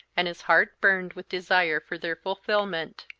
and his heart burned with desire for their fulfilment.